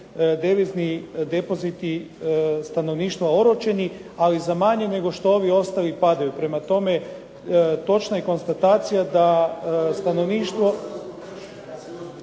devizni depoziti stanovništva oročeni, ali za manje nego što ovi ostali padaju. Prema tome, točna je konstatacija da stanovništvo.